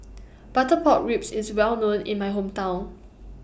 Butter Pork Ribs IS Well known in My Hometown